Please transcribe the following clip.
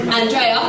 Andrea